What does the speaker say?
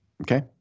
Okay